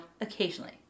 occasionally